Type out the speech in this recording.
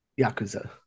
Yakuza